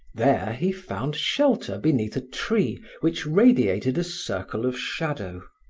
there he found shelter beneath a tree which radiated a circle of shadow.